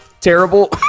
terrible